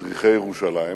מדריכי ירושלים.